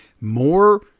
more